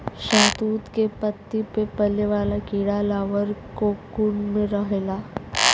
शहतूत के पत्ती पे पले वाला कीड़ा लार्वा कोकून में रहला